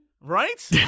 Right